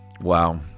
Wow